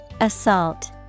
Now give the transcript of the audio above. Assault